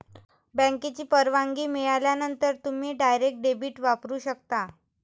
बँकेची परवानगी मिळाल्यानंतरच तुम्ही डायरेक्ट डेबिट वापरू शकता